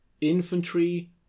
Infantry